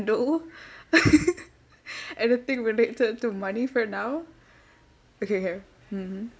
handle anything related to money for now okay okay mmhmm